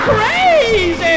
Crazy